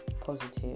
positive